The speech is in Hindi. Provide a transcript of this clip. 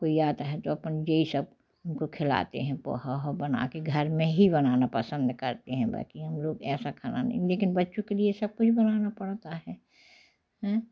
कोई आता है तो आपन ये ही सब उनको खिलाते हैं पोहा उहा बना के घर में ही बनाना पसंद करते हैं बाकी हम लोग ऐसा खाना नहीं लेकिन बच्चों के लिए सब कुछ बनाना पड़ता है